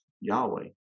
Yahweh